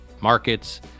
markets